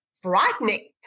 frightening